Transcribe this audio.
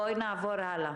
בואי נעבור הלאה.